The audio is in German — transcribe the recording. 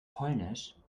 polnisch